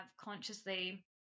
consciously